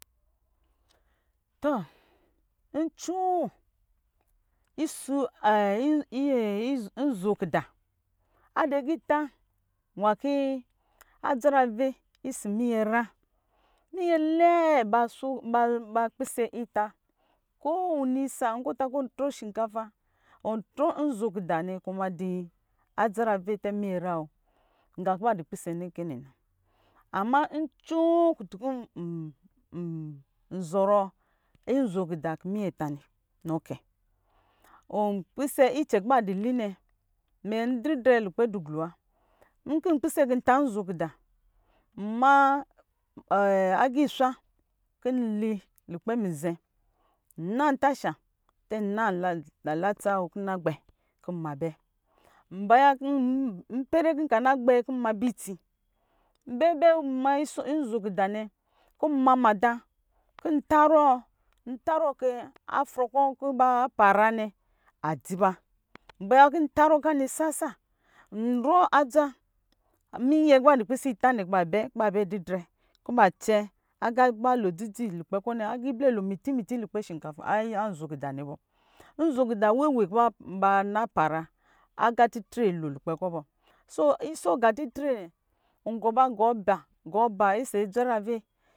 Tɔ ncoo nzo ayi n- n- nzo kida adu agita nwankɔ adzarave ɔsɔ minyɛ nyra minyɛ lɛɛ ba pisɛ ita kowini isa nkɔ ɔta ku ɔtrɔ shinkafa ɔntrɔ nzo gida nɛ kɔ ɔmadi adzarave tɛ minyɛ nyra woo nga kɔ ba dɔ pisɛ nɛ kɛ nɛ na ama ncoo kutun kɔ nzɔrɔ nzo gida kɔ minyɛ ta nɛ nɔ kɛ, ɔpisɛ icɛnkɔ ba di li nɛ mɛndidrɛ lukpɛ duglu wa nkɔ npisɛ kɔ nta nzao gida nma a agiswa kɔ uli lukpɛ mizɛ nna tasha tɛ nna latsa wo kɔ nna gbɛ kɔ nma bɛ nbaya kɔ nka na gbɛ kɔ nma bɛ itsi nba me nzo gida nɛ kɔ nma mada kɔ ntarɔɔ kɔ afrɔ kɔ kɔ ba para nɛ ba dzi ba nbaya kɔn tarɔɔ kɔ ani sasa nrɔ adza nɛ minyɛ kɔ ba pisɛ ita nɛ kɔ ba bɛ didrɛ ko ba cɛ aga kɔ ba lo dzi dzi lukpɛ kɔ nɛ aga iblɛ lo miti miti lukpɛ shinkafa anzo gida nebɔ nzo gida wewe kɔ bana para aga titre lo lukpɛ kɔ bɔ so isɔ aga titre kɔ ba lo lukpɛ kɔ nɛ ɔngɔ ba gɔɔ ba ɔsɔ adzarave.